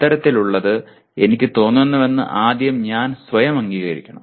അത്തരത്തിലുള്ളത് എനിക്ക് തോന്നുന്നുവെന്ന് ആദ്യം ഞാൻ സ്വയം അംഗീകരിക്കണം